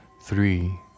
three